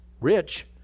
rich